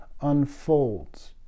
unfolds